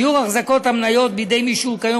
שיעור החזקת המניות בידי מי שהם כיום